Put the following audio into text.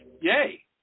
Yay